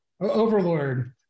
Overlord